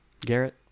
Garrett